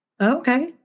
Okay